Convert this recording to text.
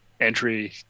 entry